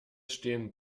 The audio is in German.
stehen